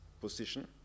position